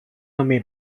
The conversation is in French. nommé